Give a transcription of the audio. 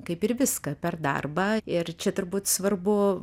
kaip ir viską per darbą ir čia turbūt svarbu